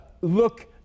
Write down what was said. look